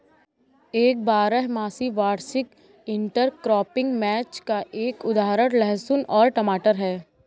एक बारहमासी वार्षिक इंटरक्रॉपिंग मैच का एक उदाहरण लहसुन और टमाटर है